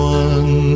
one